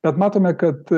bet matome kad